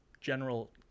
general